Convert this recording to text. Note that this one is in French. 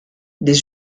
des